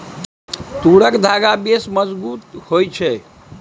तूरक धागा बेस मजगुत होए छै